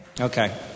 Okay